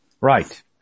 Right